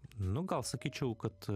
nu gal sakyčiau kad